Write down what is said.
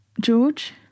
George